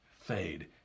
fade